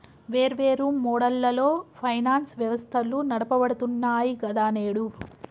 వేర్వేరు మోడళ్లలో ఫైనాన్స్ వ్యవస్థలు నడపబడుతున్నాయి గదా నేడు